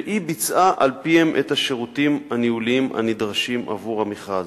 והיא ביצעה על-פיהם את השירותים הניהוליים הנדרשים עבור המכרז.